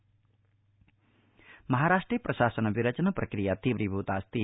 महाराष्ट्र प्रशासनम् महाराष्ट्रे प्रशासन विरचन प्रक्रिया तीव्रीभूतास्ति